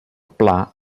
pla